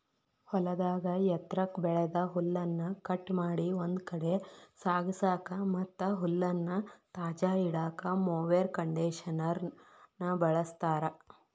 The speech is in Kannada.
ಹೊಲದಾಗ ಎತ್ರಕ್ಕ್ ಬೆಳದ ಹುಲ್ಲನ್ನ ಕಟ್ ಮಾಡಿ ಒಂದ್ ಕಡೆ ಸಾಗಸಾಕ ಮತ್ತ್ ಹುಲ್ಲನ್ನ ತಾಜಾ ಇಡಾಕ ಮೊವೆರ್ ಕಂಡೇಷನರ್ ನ ಬಳಸ್ತಾರ